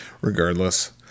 Regardless